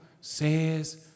says